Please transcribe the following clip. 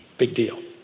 big deal.